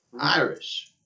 Irish